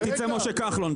אתה לא מאמין לראשי הרשויות?